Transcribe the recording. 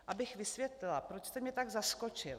Abych vysvětlila, proč jste mě tak zaskočil.